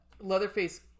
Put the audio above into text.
Leatherface